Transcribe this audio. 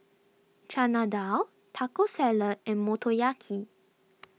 Chana Dal Taco Salad and Motoyaki